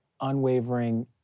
unwavering